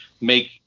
make